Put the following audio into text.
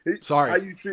Sorry